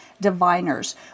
diviners